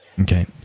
Okay